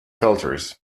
filters